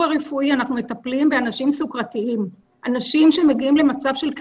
אנשים יודעים שמותר להם,